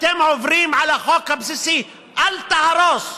אתם עוברים על החוק הבסיסי: אל תהרוס.